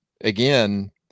again –